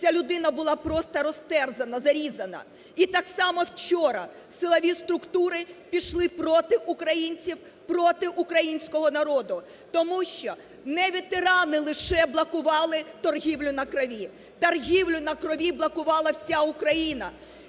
ця людина була просто розтерзана, зарізана. І так само вчора силові структури пішли проти українців, проти українського народу, тому що не ветерани лише блокували торгівлю на крові. Торгівлю на крові блокувала вся Україна,